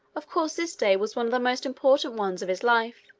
of course this day was one of the most important ones of his life,